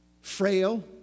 frail